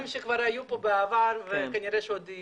שכבר היו כאן בעבר וכנראה שעוד יהיו.